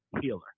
healer